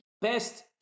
Best